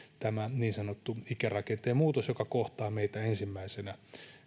tämä niin sanottu ikärakenteen muutos joka kohtaa meitä ensimmäisenä